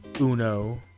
UNO